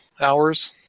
hours